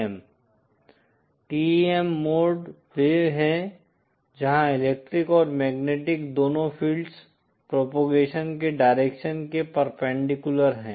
TEM mode वे हैं जहां इलेक्ट्रिक और मैग्नेटिक दोनों फ़ील्ड्स प्रोपगेशन के डायरेक्शन के परपेंडिकुलर हैं